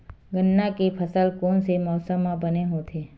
गन्ना के फसल कोन से मौसम म बने होथे?